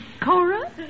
Cora